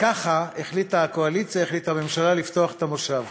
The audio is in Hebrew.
וככה הממשלה החליטה לפתוח את המושב,